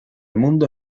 mundo